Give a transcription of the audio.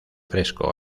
fresco